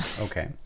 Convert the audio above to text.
Okay